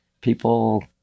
people